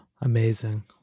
Amazing